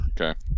Okay